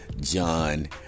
John